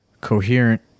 coherent